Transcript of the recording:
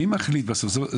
מי מחליט בסוף?